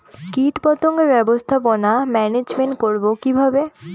কীটপতঙ্গ ব্যবস্থাপনা ম্যানেজমেন্ট করব কিভাবে?